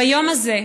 ביום הזה,